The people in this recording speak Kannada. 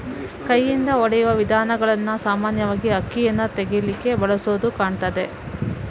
ಕೈಯಿಂದ ಹೊಡೆಯುವ ವಿಧಾನಗಳನ್ನ ಸಾಮಾನ್ಯವಾಗಿ ಅಕ್ಕಿಯನ್ನ ತೆಗೀಲಿಕ್ಕೆ ಬಳಸುದು ಕಾಣ್ತದೆ